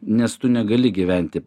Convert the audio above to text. nes tu negali gyventi